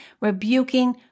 rebuking